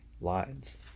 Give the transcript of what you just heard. Lines